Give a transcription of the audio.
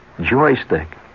joystick